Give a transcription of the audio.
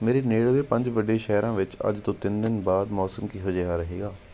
ਮੇਰੇ ਨੇੜਲੇ ਪੰਜ ਵੱਡੇ ਸ਼ਹਿਰਾਂ ਵਿੱਚ ਅੱਜ ਤੋਂ ਤਿੰਨ ਦਿਨ ਬਾਅਦ ਮੌਸਮ ਕਿਹੋ ਜਿਹਾ ਰਹੇਗਾ